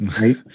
right